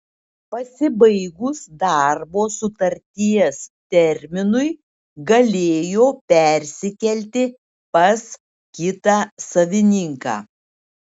pasibaigus darbo sutarties terminui galėjo persikelti pas kitą savininką